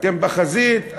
אתם בחזית,